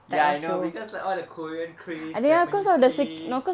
ya I know because like all the korean craze japanese craze or the circuit breaker lah don't know why